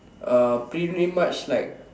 uh pretty much like